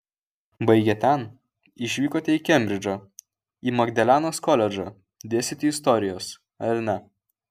baigę ten išvykote į kembridžą į magdalenos koledžą dėstyti istorijos ar ne